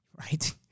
Right